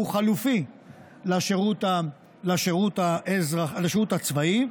שהוא חלופי לשירות הצבאי.